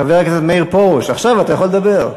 חבר הכנסת מאיר פרוש, עכשיו אתה יכול לדבר.